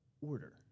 order